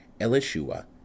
Elishua